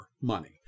money